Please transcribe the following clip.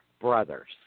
brothers